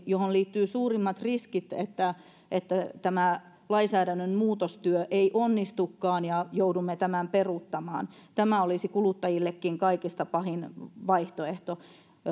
että siihen liittyy suurimmat riskit siitä että tämä lainsäädännön muutostyö ei onnistukaan ja joudumme tämän peruuttamaan tämä olisi kuluttajillekin kaikista pahin vaihtoehto